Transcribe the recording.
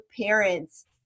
parents